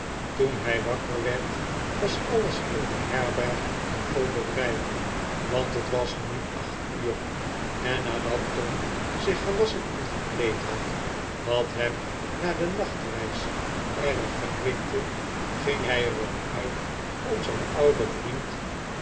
toen hij wakker werd was alles in de herberg in vol bedrijf want het was nu acht uur en nadat tom zich gewasschen en verkleed had wat hem na de nachtreis erg verkwikte ging hij er op uit om zijn ouden vriend